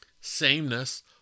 Sameness